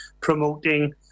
promoting